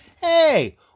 hey